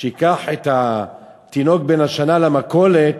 שייקח את התינוק בן השנה למכולת,